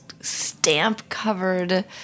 stamp-covered